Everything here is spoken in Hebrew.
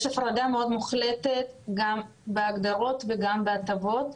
יש הפרדה מאוד מוחלטת גם בהגדרות וגם בהטבות